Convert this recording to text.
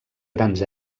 grans